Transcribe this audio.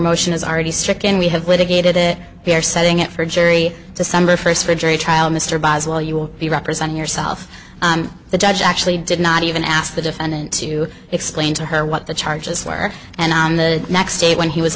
motion is already stricken we have with a gated it we are setting up for a jury december first for a jury trial mr boswell you will be representing yourself the judge actually did not even ask the defendant to explain to her what the charges were and on the next day when he was